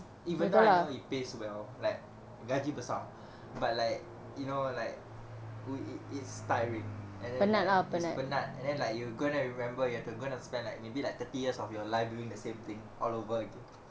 even though I know it pays well like gaji besar but like you know like we we it's tiring and then like it's penat and then like you gonna remember you have to going to spend like maybe like thirty years of your life doing the same thing all over again